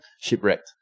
shipwrecked